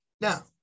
Now